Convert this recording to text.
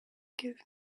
give